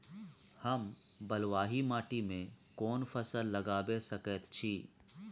हम बलुआही माटी में कोन फसल लगाबै सकेत छी?